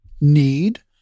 Need